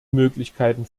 möglichkeiten